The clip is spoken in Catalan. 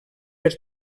per